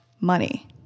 money